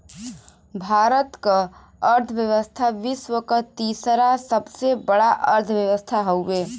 भारत क अर्थव्यवस्था विश्व क तीसरा सबसे बड़ा अर्थव्यवस्था हउवे